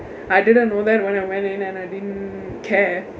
I didn't know then when I went in and I didn't care